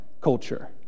culture